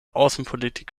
außenpolitik